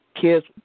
kids